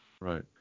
right